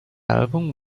album